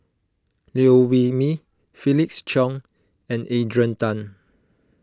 Liew Wee Mee Felix Cheong and Adrian Tan